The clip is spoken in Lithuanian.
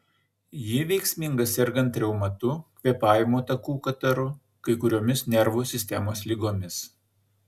ji veiksminga sergant reumatu kvėpavimo takų kataru kai kuriomis nervų sistemos ligomis